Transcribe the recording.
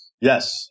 Yes